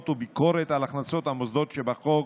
ובביקורת על הכנסות המוסדות שבחוק.